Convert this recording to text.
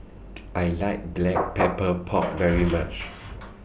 I like Black Pepper Pork very much